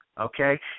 okay